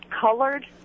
colored